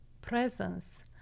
presence